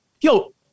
Yo